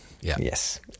Yes